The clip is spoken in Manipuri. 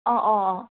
ꯑꯣꯑꯣ